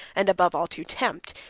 and above all to tempt,